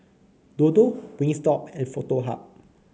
Dodo Wingstop and Foto Hub